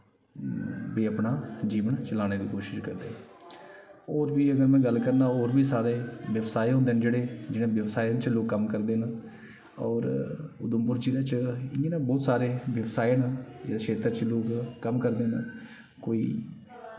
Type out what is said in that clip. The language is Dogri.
बी अपना जीवन चलाने दी कोशिश करदे न होर बी अगर में गल्ल करना होर बी सारे व्यवसाय होंदे न जेह्ड़े जि'यां व्यवसाय च लोग कम्म करदे न होर उधमपुर जिले च इ'यां गै बहोत सारे व्यवसाय न जिस खेत्तर च लोग कम्म करदे न कोई